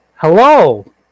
hello